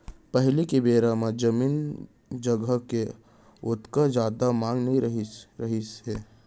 पहिली के बेरा म जमीन जघा के ओतका जादा मांग नइ रहत रहिस हे